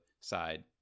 side